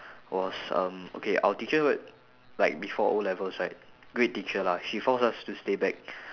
was um okay our teacher right like before O levels right great teacher lah she forced us to stay back